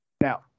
Now